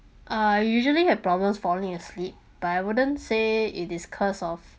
uh usually have problems falling asleep but I wouldn't say it is cause of